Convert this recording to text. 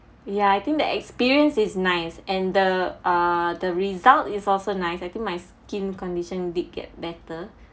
ya I think the experience is nice and the uh the result is also nice I think my skin condition did get better